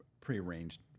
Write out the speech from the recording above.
prearranged